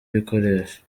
ibikoresho